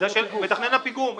מתכנן הפיגום.